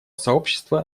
сообщества